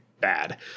bad